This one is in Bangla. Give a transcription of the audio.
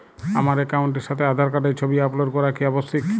আমার অ্যাকাউন্টের সাথে আধার কার্ডের ছবি আপলোড করা কি আবশ্যিক?